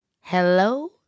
Hello